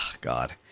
god